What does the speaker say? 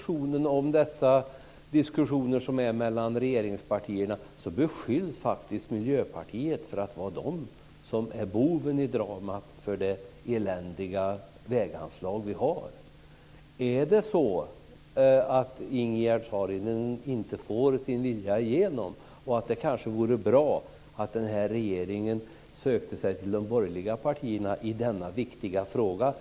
I diskussionerna mellan samverkanspartierna beskylls Miljöpartiet för att vara boven i dramat när det gäller väganslaget. Är det så att Ingegerd Saarinen inte får sin vilja igenom? Det kanske vore bra om regeringen sökte sig till de borgerliga partierna i denna viktiga fråga.